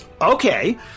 okay